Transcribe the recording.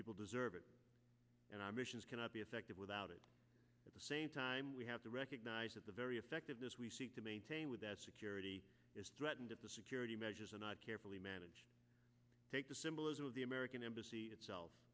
people deserve it and i missions cannot be effective without it at the same time we have to recognize that the very effective this we seek to maintain with that security is threatened that the security measures are not carefully manage take the symbolism of the american embassy itself